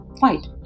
fight